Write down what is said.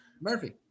Murphy